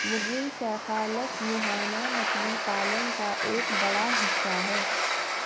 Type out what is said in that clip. मुगिल cephalus मुहाना मछली पालन का एक बड़ा हिस्सा है